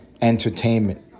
entertainment